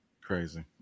Crazy